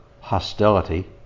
hostility